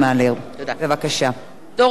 (קוראת בשמות חברי הכנסת) דורון אביטל,